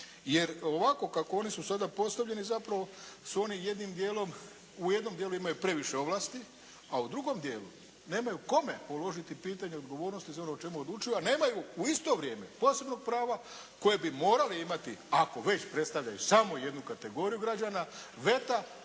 Jer ovako kako oni su sada postavljeni zapravo su oni jednim dijelom, u jednom dijelu imaju previše ovlasti, a u drugom dijelu nemaju kome položiti pitanje odgovornosti za ono o čemu odlučuju, a nemaju u isto vrijeme posebnog prava koje bi morali imati ako već predstavljaju samo jednu kategoriju građana veta